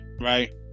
Right